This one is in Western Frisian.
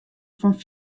fan